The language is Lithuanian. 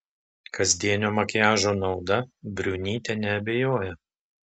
kasdienio makiažo nauda briunytė neabejoja